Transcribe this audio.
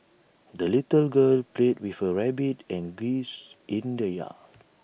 the little girl played with her rabbit and geese in the yard